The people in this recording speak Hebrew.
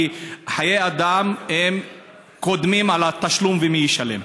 כי חיי אדם קודמים לתשלום ומי ישלם.